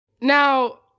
Now